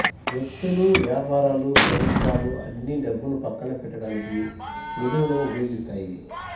వ్యక్తులు, వ్యాపారాలు ప్రభుత్వాలు అన్నీ డబ్బును పక్కన పెట్టడానికి నిధులను ఉపయోగిస్తాయి